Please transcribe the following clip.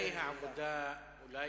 תודה רבה על השיעור.